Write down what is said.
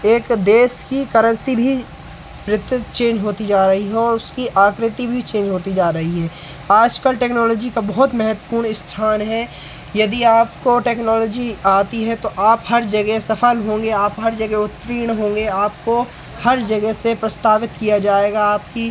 एक देश की करेंसी भी नित्य चेंज होती जा रही है और उसकी आकृति भी चेंज होती जा रही है आजकल टेक्नोलॉजी का बहुत महत्वपूर्ण स्थान है यदि आपको टेक्नोलॉजी आती है तो आप हर जगह सफल होंगे आप हर जगह उत्तीर्ण होंगे आपको हर जगह से प्रस्तावित किया जाएगा आपकी